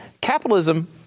Capitalism